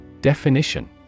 Definition